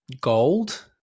gold